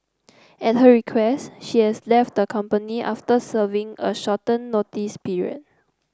at her request she has left the company after serving a shorten notice period